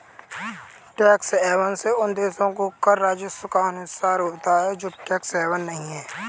tax haven से उन देशों को कर राजस्व का नुकसान होता है जो टैक्स हेवन नहीं हैं